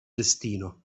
destino